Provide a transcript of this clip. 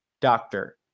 doctor